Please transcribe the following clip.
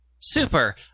Super